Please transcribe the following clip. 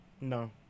No